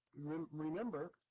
remember